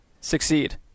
Succeed